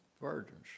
virgins